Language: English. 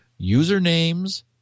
usernames